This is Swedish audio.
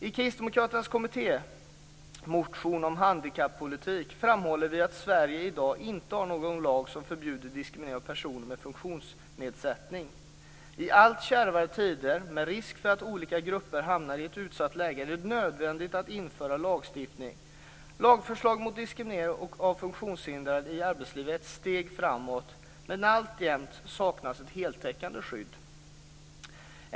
I kristdemokraternas kommittémotion om handikappolitiken framhåller vi att Sverige i dag inte har någon lag som förbjuder diskriminering av personer med funktionsnedsättning. I allt kärvare tider med risk för att olika grupper hamnar i ett utsatt läge är det nödvändigt att införa lagstiftning. Lagförslaget mot diskriminering av funktionshindrade i arbetslivet är ett steg framåt, men alltjämt saknas ett heltäckande skydd.